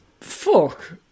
Fuck